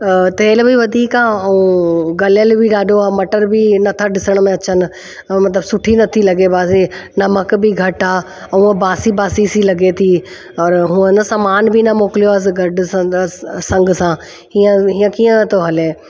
तेल बि वधीक आहे ऐं गलियल बि ॾाढो आहे मटर बि नथा ॾिसण में नथा अचनि ऐं मतिलबु सुठी नथी लॻे आहे नमक बि घटि आहे उहो बासी बासी थी लॻे थी अरे उहो हिन सामान बि न मोकिलियो आहे गॾु संग सां हीअं हीअं कीअं थो हले